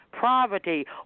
poverty